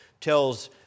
tells